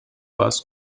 pas